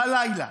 בלילה,